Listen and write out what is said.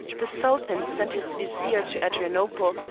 the sultan sent his vizier to adrianople,